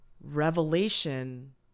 revelation